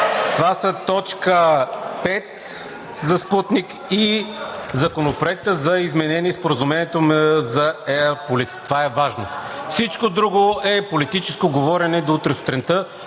Това са точка пет за „Спутник“ и Законопроекта за изменение Споразумението за Air Policing. Това е важно. Всичко друго е политическо говорене до утре сутринта.